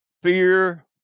Fear